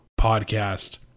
podcast